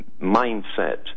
mindset